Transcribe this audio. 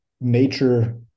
nature